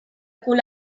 cul